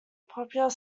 popular